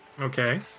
Okay